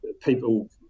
people